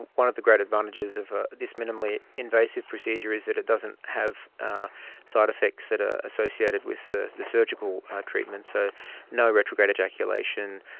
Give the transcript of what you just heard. one of the great advantages of ah this minimally invasive procedure is that it doesn't have ah side-effects that are associated with the the surgical treatment, and so no retrograde ejaculation,